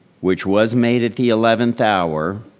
which was made at the eleventh hour,